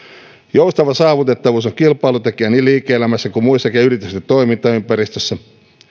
joustava saavutettavuus on kilpailutekijä niin liike elämässä kuin muissakin yritysten toimintaympäristöissä